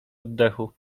oddechu